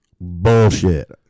bullshit